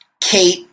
Kate